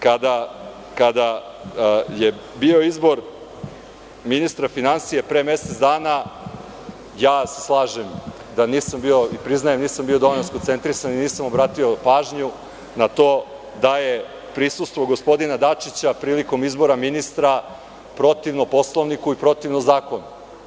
Kada je bio izbor ministra finansija pre mesec dana, slažem se da nisam bio, i nisam bio dovoljno skoncentrisan i nisam obratio pažnju na to da je prisustvo gospodina Dačića prilikom izbora ministra protivno Poslovniku i protivno zakonu.